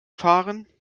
fahren